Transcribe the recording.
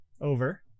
over